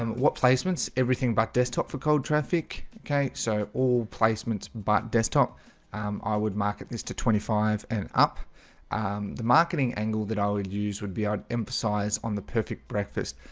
um what placements everything but desktop for cold traffic okay, so all placements about but desktop um i would market this to twenty five and up the marketing angle that i would use would be i'd emphasize on the perfect breakfast.